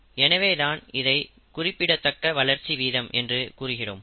எனவேதான் இதை குறிப்பிடத்தக்க வளர்ச்சி வீதம் என்று கூறுகிறோம்